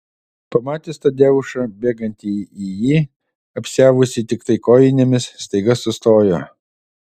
pamatęs tadeušą bėgantį į jį apsiavusį tiktai kojinėmis staiga sustojo